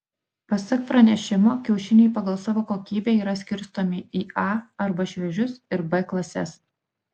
pasak pranešimo kiaušiniai pagal savo kokybę yra skirstomi į a arba šviežius ir b klases